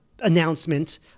announcement